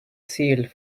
sealed